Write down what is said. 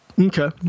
Okay